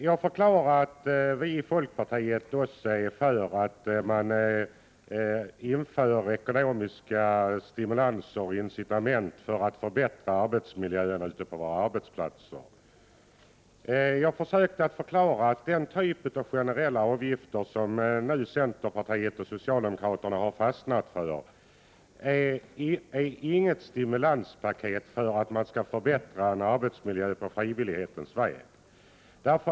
Jag förklarade att vi i folkpartiet också är för att ekonomiska incitament införs för att förbättra arbetsmiljön ute på våra arbetsplatser. Jag försökte förklara att den typ av generella avgifter som centerpartiet och socialdemokraterna nu har fastnat för inte är ett stimulanspaket för att förbättra arbetsmiljön på frivillighetens väg.